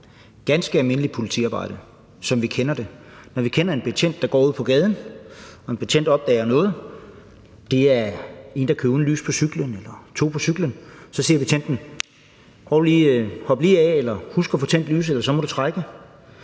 (DF): Ganske almindeligt politiarbejde, som vi kender det, når vi ser en betjent, der går ude på gaden, og betjenten opdager noget. Det kan være en, der kører uden lys på cyklen, eller det kan være, der er to på cyklen. Så siger betjenten: Hop lige af! Eller: Husk at få tændt lyset, ellers må du trække.